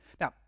Now